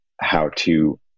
how-to